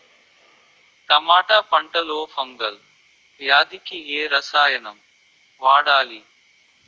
టమాటా పంట లో ఫంగల్ వ్యాధికి ఏ రసాయనం వాడాలి?